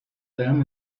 them